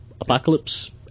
Apocalypse